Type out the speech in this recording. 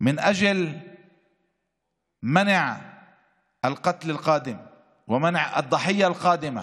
למנוע את הרצח הבא ואת הקורבן הבא,